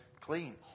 clean